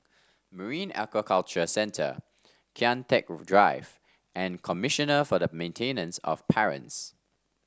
Marine Aquaculture Centre Kian Teck Drive and Commissioner for the Maintenance of Parents